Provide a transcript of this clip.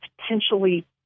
potentially